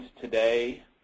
today